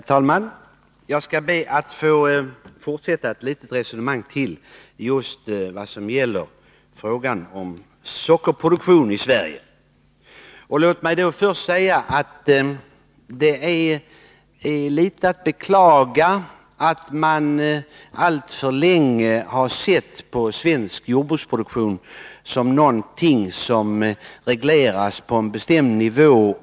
Herr talman! Jag skall be att få fortsätta resonemanget kring sockerproduktionen i Sverige. Låt mig då först säga att det är att beklaga att man alltför länge sett svensk jordbruksproduktion som någonting som skall regleras för att hålla den på en bestämd nivå.